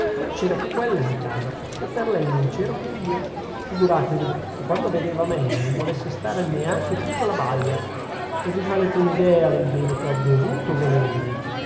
non c'era che quella in casa e per lei non c'ero che io figuratevi che quando vedeva me non volesse stare neanche più con la balia e vi farete un'idea del bene che ho dovuto volergli